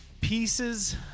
pieces